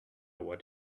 what